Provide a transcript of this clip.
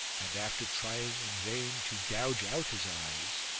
and after trying in vain to gouge out his eyes,